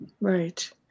Right